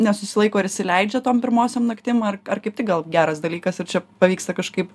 nesusilaiko ir įsileidžia tom pirmosiom naktim ar ar kaip tik gal geras dalykas ir čia pavyksta kažkaip